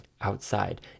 outside